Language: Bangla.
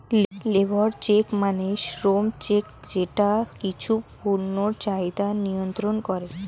লেবর চেক মানে শ্রম চেক যেটা কিছু পণ্যের চাহিদা নিয়ন্ত্রন করে